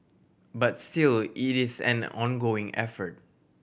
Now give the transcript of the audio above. but still it is an ongoing effort